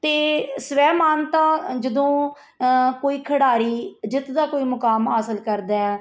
ਅਤੇ ਸਵੈਮਾਨਤਾ ਜਦੋਂ ਕੋਈ ਖਿਡਾਰੀ ਜਿੱਤ ਦਾ ਕੋਈ ਮੁਕਾਮ ਹਾਸਿਲ ਕਰਦਾ ਹੈ